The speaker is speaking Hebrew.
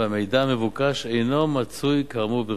והמידע המבוקש אינו מצוי כאמור ברשותנו.